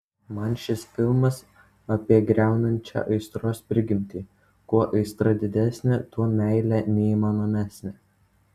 man šis filmas apie griaunančią aistros prigimtį kuo aistra didesnė tuo meilė neįmanomesnė